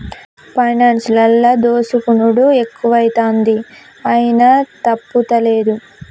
పైనాన్సులల్ల దోసుకునుడు ఎక్కువైతంది, అయినా తప్పుతలేదు